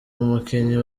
umukinnyi